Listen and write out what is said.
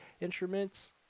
instruments